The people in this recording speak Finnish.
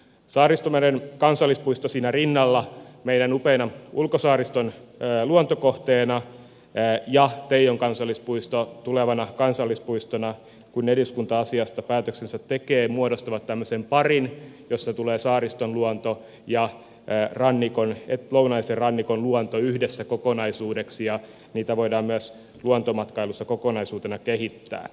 saaristomeren kansallispuisto meidän upeana ulkosaariston luontokohteena siinä rinnalla ja teijon kansallispuisto tulevana kansallispuistona kun eduskunta asiasta päätöksensä tekee muodostavat parin jossa saariston luonto ja lounaisen rannikon luonto tulevat yhdessä kokonaisuudeksi ja niitä voidaan myös luontomatkailussa kokonaisuutena kehittää